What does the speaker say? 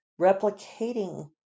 replicating